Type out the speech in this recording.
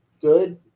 Good